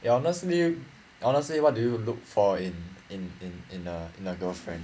you honestly honestly what do you look for in in in in a in a girlfriend